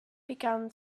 began